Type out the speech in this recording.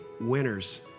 winners